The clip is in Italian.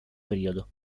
periodo